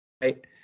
right